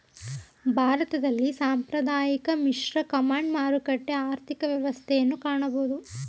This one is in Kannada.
ಭಾರತದಲ್ಲಿ ಸಾಂಪ್ರದಾಯಿಕ, ಮಿಶ್ರ, ಕಮಾಂಡ್, ಮಾರುಕಟ್ಟೆ ಆರ್ಥಿಕ ವ್ಯವಸ್ಥೆಯನ್ನು ಕಾಣಬೋದು